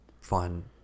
fun